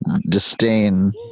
disdain